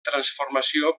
transformació